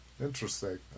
interesting